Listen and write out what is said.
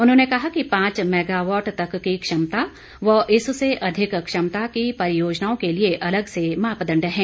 उन्होंने कहा कि पांच मेगावाट तक की क्षमता व इससे अधिक क्षमता की परियोजनाओं के लिए अलग से मापदंड हैं